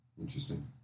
Interesting